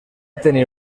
tenir